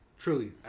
Truly